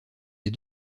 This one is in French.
des